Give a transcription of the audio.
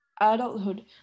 adulthood